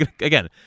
again